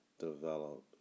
develop